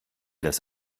das